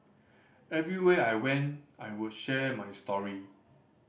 everywhere I went I would share my story